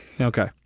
Okay